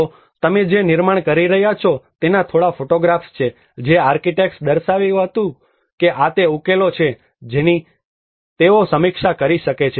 તો તમે જે નિર્માણ કરી રહ્યાં છો તેના થોડા ફોટોગ્રાફ્સ છે જે આર્કિટેક્ટ્સે દર્શાવ્યું છે કે આ તે ઉકેલો છે જેની તેઓ સમીક્ષા કરી શકે છે